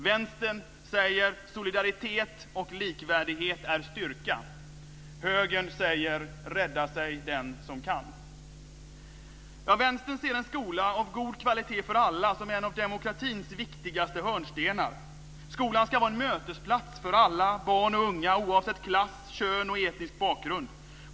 Vänstern säger: Solidaritet och likvärdighet är styrka. Högern säger: Rädda sig den som kan. Vänstern ser en skola av god kvalitet för alla som en av demokratins viktigaste hörnstenar. Skolan ska vara en mötesplats för alla barn och unga, oavsett klass, kön och etnisk bakgrund.